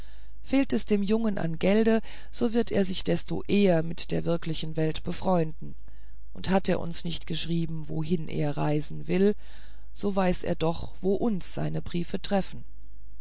fehlt es dem jungen an gelde so wird er sich desto eher mit der wirklichen welt befreunden und hat er uns nicht geschrieben wohin er reisen will so weiß er doch wo uns seine briefe treffen